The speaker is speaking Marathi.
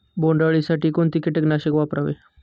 बोंडअळी साठी कोणते किटकनाशक वापरावे?